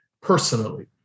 personally